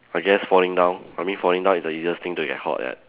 I guess falling down I mean falling down is the easiest thing to get caught at